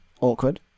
awkward